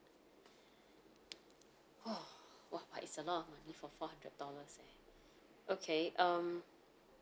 !wah! !wah! but it's a lot of money for four hundred dollars eh okay um